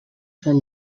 són